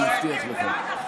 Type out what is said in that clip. אני מבטיח לך.